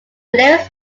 lyrics